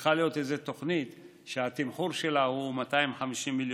צריכה להיות איזו תוכנית שהתמחור שלה הוא 250 מיליון,